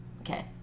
Okay